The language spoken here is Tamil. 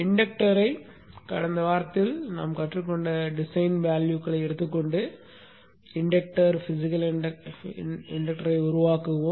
இண்டக்டரை கடந்த வாரத்தில் கற்றுக்கொண்ட டிசைன் வேல்யூக்களை எடுத்துக்கொண்டு இண்டக்டர் பிசிக்கல் இண்டக்டரை உருவாக்குவோம்